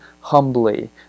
humbly